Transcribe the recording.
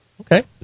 Okay